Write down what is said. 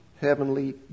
heavenly